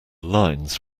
lines